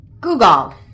Google